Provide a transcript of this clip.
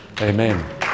Amen